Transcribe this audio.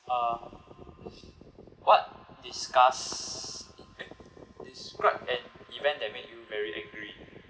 uh what disgusts describe an event that made you very angry